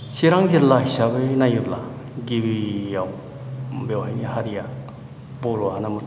चिरां जिल्ला हिसाबै नायोब्ला गिबियाव बेवहायनि हारिया बर'आनोमोन